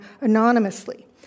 anonymously